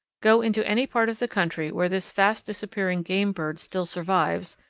go into any part of the country where this fast-disappearing game bird still survives,